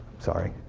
sorry.